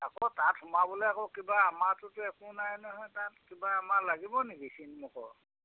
আকৌ তাত সোমাবলৈ আকৌ কিবা আমাতোতো একো নাই নহয় তাত কিবা আমাৰ লাগিব নেকি চিল মোহৰ